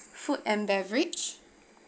food and beverage